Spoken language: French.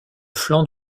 flanc